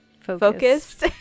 focused